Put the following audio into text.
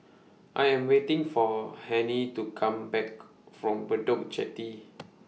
I Am waiting For Hennie to Come Back from Bedok Jetty